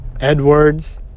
Edwards